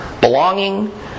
belonging